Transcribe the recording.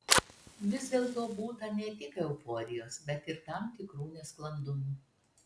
vis dėlto būta ne tik euforijos bet ir tam tikrų nesklandumų